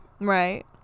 right